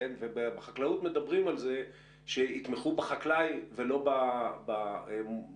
ובחקלאות מדברים על זה שיתמכו בחקלאי ולא במוצר,